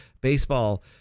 baseball